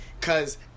cause